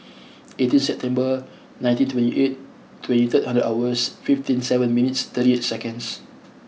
eighteenth September nineteen twenty eight twenty three third hours fifty seven minutes thirty eight seconds